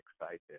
excited